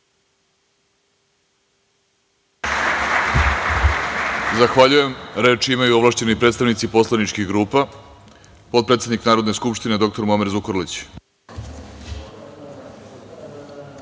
Zahvaljujem. Reč imaju ovlašćeni predstavnici poslaničkih grupa. Potpredsednik Narodne skupštine dr Muamer Zukorlić